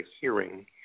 hearing